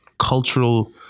cultural